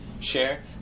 share